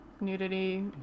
nudity